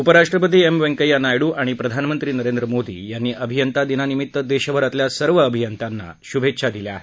उपराष्ट्रपती एम व्यंकय्या नायडू आणि प्रधानमंत्री नरेंद्र मोदी यांनी अभियंता दिनानिमित्त देशभरातल्या सर्व अभियंत्यांना शुभेच्छा दिल्या आहेत